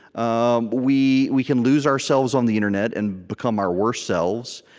um we we can lose ourselves on the internet and become our worst selves.